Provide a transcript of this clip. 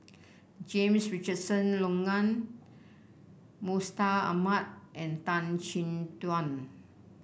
James Richardson Logan Mustaq Ahmad and Tan Chin Tuan